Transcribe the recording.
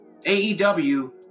AEW